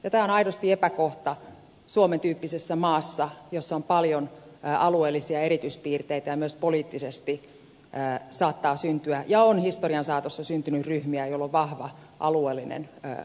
tämä on aidosti epäkohta suomen tyyppisessä maassa jossa on paljon alueellisia erityspiirteitä ja myös poliittisesti saattaa syntyä ja on historian saatossa syntynyt ryhmiä joilla on vahva alueellinen vaikuttavuus